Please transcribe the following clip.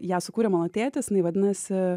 ją sukūrė mano tėtis jinai vadinasi